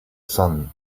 sun